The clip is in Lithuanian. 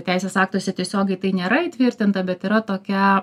teisės aktuose tiesiogiai tai nėra įtvirtinta bet yra tokia